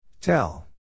Tell